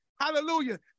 Hallelujah